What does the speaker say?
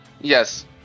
Yes